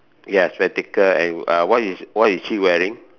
ya spectacle and uh what is what is he wearing